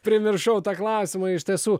primiršau tą klausimą iš tiesų